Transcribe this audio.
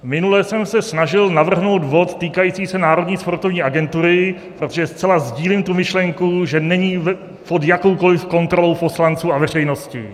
Minule jsem se snažil navrhnout bod týkající se Národní sportovní agentury, protože zcela sdílím myšlenku, že není pod jakoukoliv kontrolou poslanců a veřejnosti.